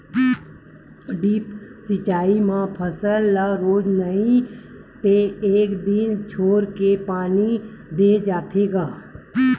drip सिचई म फसल ल रोज नइ ते एक दिन छोरके पानी दे जाथे ग